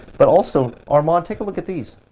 but also, armand, take a look at these.